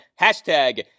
Hashtag